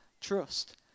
trust